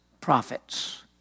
prophets